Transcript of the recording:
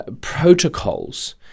protocols